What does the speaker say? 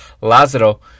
Lazaro